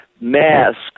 masks